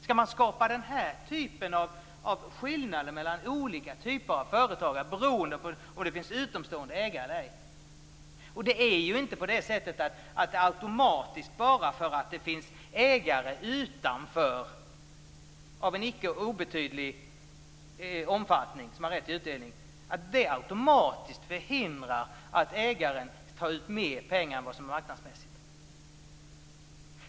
Skall man skapa dessa skillnader mellan olika typer av företagare beroende på om det finns utomstående ägare eller ej? Att det finns ägare utanför av en icke obetydlig omfattning som har rätt till utdelning förhindrar ju inte automatiskt att ägaren tar ut mer pengar än vad som är marknadsmässigt.